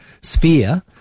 sphere